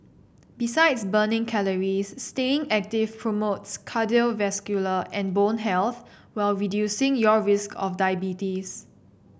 besides burning calories staying active promotes cardiovascular and bone health while reducing your risk of diabetes